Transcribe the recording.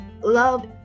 love